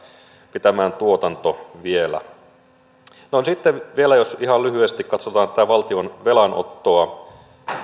pitämään tuotanto vielä sitten vielä jos ihan lyhyesti katsotaan tätä valtion velanottoa